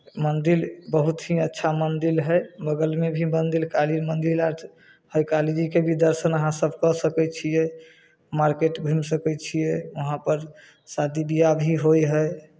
मन्दिर बहुत ही अच्छा मन्दिर हइ बगलमे भी मन्दिर काली मन्दिर आर काली जीके भी दर्शन अहाँसभ कऽ सकै छियै मार्केट घुमि सकै छियै वहाँपर शादी बियाह भी होइ हइ